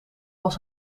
was